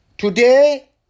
Today